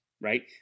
right